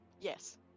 Yes